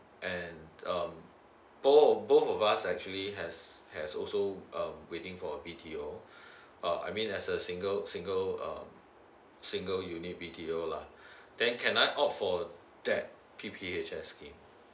and um oh both of us actually has has also uh waiting for B T O uh I mean as a single single uh single unit B T O lah then can I ought for that P P H S scheme